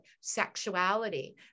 sexuality